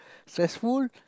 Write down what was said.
stressful